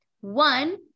One